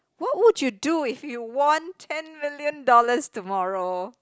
what would you do if you won ten million dollars tomorrow